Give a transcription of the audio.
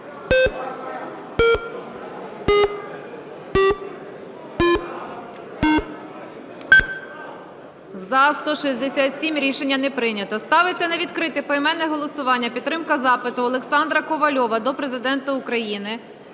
За-167 Рішення не прийнято. Ставиться на відкрите поіменне голосування підтримка запиту Олександра Ковальова до Президента України